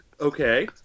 Okay